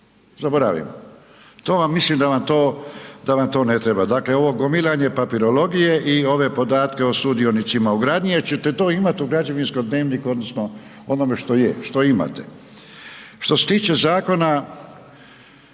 zaboravimo, to vam mislim da vam to, da vam to ne treba. Dakle, ovo gomilanje papirologije i ove podatke o sudionicima u gradnji jer ćete to imati u građevinskom dnevniku odnosno onome što je, što imate. Što se tiče Zakona